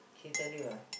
he tell you ah